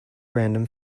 random